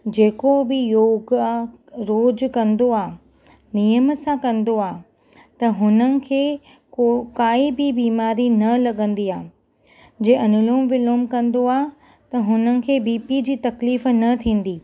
जेको बि योग आहे रोज़ु कंदो आहे नियम सां कंदो आहे त हुननि खे को काई बि बीमारी न लॻंदी आहे जे अनुलोम विलोम कंदो आहे त हुनखे बी पी जी तकलीफ़ न थींदी